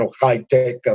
high-tech